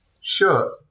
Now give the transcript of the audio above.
Sure